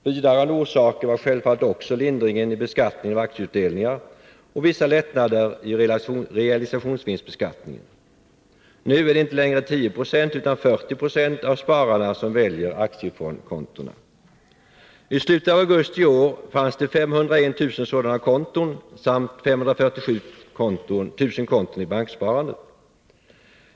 Bidragande orsaker var självfallet också lindringen i beskattningen av aktieutdelningar och vissa lättnader i realisationsvinstbeskattningen. Nu är det inte längre 10 96 utan 40 96 av spararna som väljer aktiefondskontona. I slutet av augusti i år fanns det 501 000 sådana konton samt 747 000 i banksparandet.